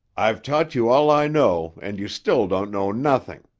i've taught you all i know and you still don't know nothing